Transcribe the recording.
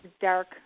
dark